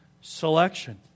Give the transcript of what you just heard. selection